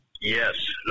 Yes